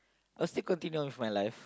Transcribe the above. I'll still continue on with my life